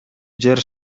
жер